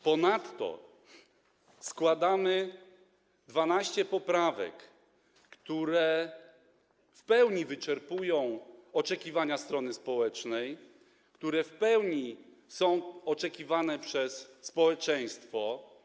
Ponadto składamy 12 poprawek, które w pełni wyczerpują oczekiwania strony społecznej i są oczekiwane przez społeczeństwo.